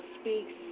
Speaks